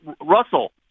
Russell